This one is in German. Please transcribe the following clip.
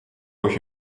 euch